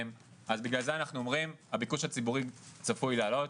בגלל זה אנחנו אומרים שהביקוש הציבורי צפוי לעלות,